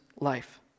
life